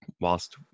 whilst